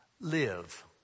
Live